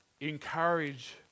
encourage